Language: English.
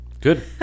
Good